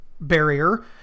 barrier